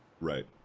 Right